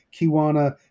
Kiwana